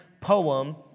poem